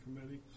Committee